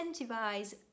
incentivize